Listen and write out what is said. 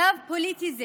מצב פוליטי זה